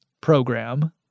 program